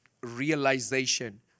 realization